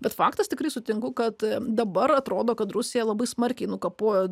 bet faktas tikrai sutinku kad dabar atrodo kad rusija labai smarkiai nukapojo